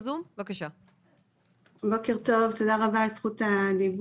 בוקר טוב, תודה רבה על זכות הדיבור.